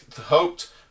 hoped